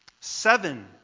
Seven